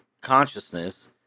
consciousness